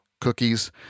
cookies